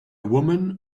woman